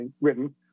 written